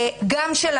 גם של השוויון.